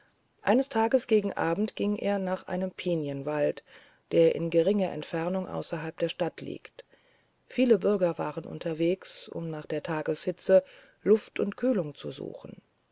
eines tages gegen abend ging er nach einem pinienwald der in geringer entfernung außerhalb der stadt liegt viele bürger waren unterwegs um nach der tageshitze luft und kühlung zu suchen